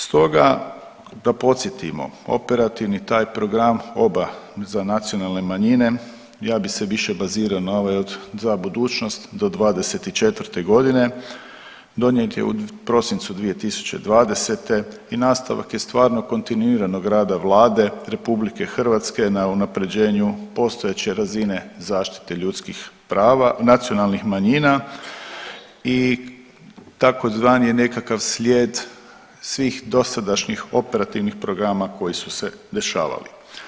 Stoga da podsjetimo, operativni taj program, oba za nacionalne manjine, ja bi se više bazirao na ovaj od, za budućnost, do '24. g. Donijet je u prosincu 2020. i nastavak je stvarno kontinuiranog rada Vlade RH na unaprjeđenju postojeće razine zaštite ljudskih prava nacionalnih manjina i tzv. nekakav slijed svih dosadašnjih operativnih programa koji su se dešavali.